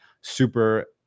super